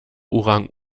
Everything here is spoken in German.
orang